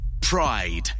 Pride